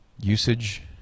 usage